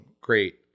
Great